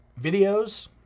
videos